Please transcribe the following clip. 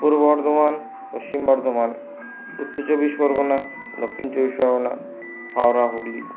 পূর্ব বর্ধমান পশ্চিম বর্ধমান উত্তর চব্বিশ পরগনা দক্ষিণ চব্বিশ পরগনা হাওড়া হুগলি